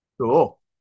Cool